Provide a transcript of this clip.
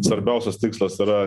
svarbiausias tikslas yra